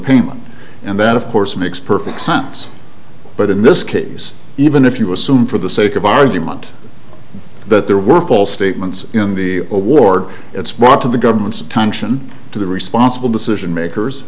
payment and that of course makes perfect sense but in this case even if you assume for the sake of argument that there were false statements in the award it's brought to the government's attention to the responsible decision makers